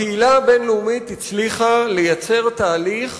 הקהילה הבין-לאומית הצליחה לייצר תהליך